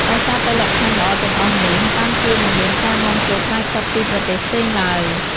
ដោយសារតែលក្ខខណ្ឌល្អទាំងអស់នេះ បានជាមិនមានការនាំចូលផ្លែខ្វិតពីប្រទេសផ្សេងឡើយ។